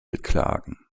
beklagen